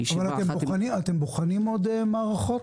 אתם בוחנים עוד מערכות?